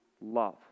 love